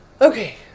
Okay